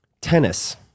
tennis